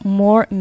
more